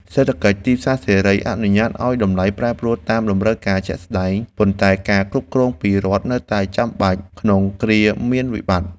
សេដ្ឋកិច្ចទីផ្សារសេរីអនុញ្ញាតឱ្យតម្លៃប្រែប្រួលតាមតម្រូវការជាក់ស្តែង ប៉ុន្តែការគ្រប់គ្រងពីរដ្ឋនៅតែចាំបាច់ក្នុងគ្រាមានវិបត្តិ។